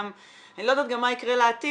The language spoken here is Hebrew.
אני גם לא יודעת מה יקרה לעתיד.